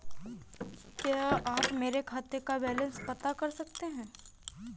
क्या आप मेरे खाते का बैलेंस बता सकते हैं?